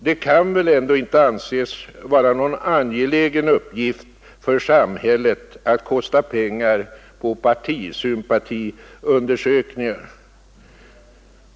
Det kan väl ändå inte anses vara någon angelägen uppgift för samhället att lägga pengar på partisympatiundersökningar.